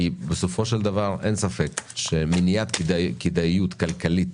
בסופו של דבר, אין ספק שמניעת הכדאיות הכלכלית